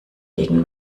gegen